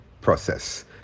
process